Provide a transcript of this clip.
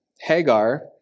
Hagar